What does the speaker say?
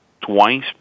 twice